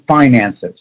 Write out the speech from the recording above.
finances